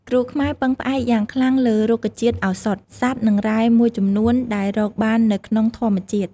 គ្រូខ្មែរពឹងផ្អែកយ៉ាងខ្លាំងលើរុក្ខជាតិឱសថ សត្វ និងរ៉ែមួយចំនួនដែលរកបាននៅក្នុងធម្មជាតិ។